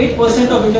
percent